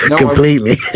completely